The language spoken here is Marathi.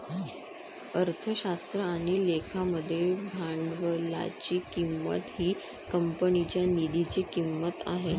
अर्थशास्त्र आणि लेखा मध्ये भांडवलाची किंमत ही कंपनीच्या निधीची किंमत आहे